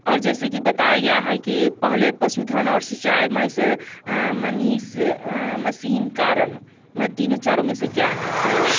और जैसे कि बताया गया है कि पहले पशुधन और सिंचाई मैं से मशीन कारण में तीनों चारों में से क्या है तो